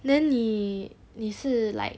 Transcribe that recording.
then 你你是 like